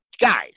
guys